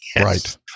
Right